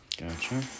Gotcha